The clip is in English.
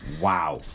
Wow